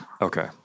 Okay